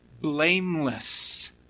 blameless